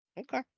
Okay